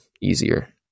easier